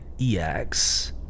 EX